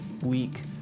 week